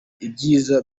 ibyiza